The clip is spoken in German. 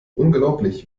unglaublich